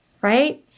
right